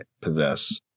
possess